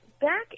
back